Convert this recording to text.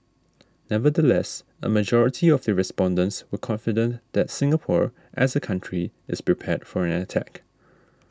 nevertheless a majority of the respondents were confident that Singapore as a country is prepared for an attack